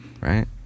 right